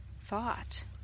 thought